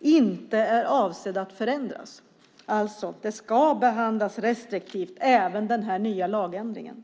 "Inte är avsedd att förändras." Även med den nya lagändringen ska det behandlas restriktivt.